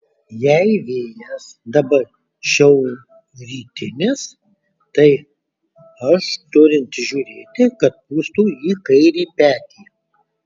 jei vėjas dabar šiaurrytinis tai aš turintis žiūrėti kad pūstų į kairį petį